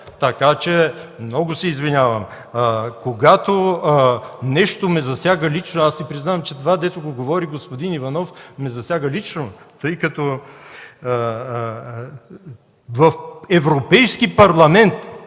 Така че много се извинявам. Когато нещо ме засяга лично – признавам си, че това, гдето го говори господин Иванов, ме засяга лично, тъй като в европейски Парламент